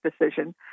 decision